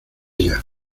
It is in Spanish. ella